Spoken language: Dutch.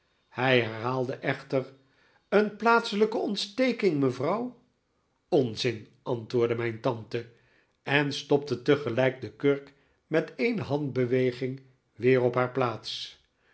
hij herhaalde echter een plaatselijke ontsteking mevrouw onzin antwoordde mijn tante en stopte tegelijk de kurk met een handbeweging weer op haar plaats